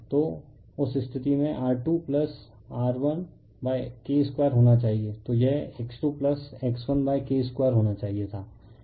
तो उस स्थिति में R2R1 K 2 होना चाहिए था यह X2X1 K 2 होना चाहिए था